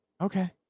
Okay